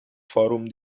forum